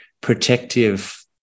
protective